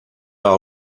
our